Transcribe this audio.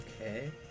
Okay